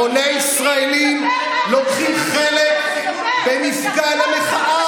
המוני ישראלים לוקחים חלק במפגן המחאה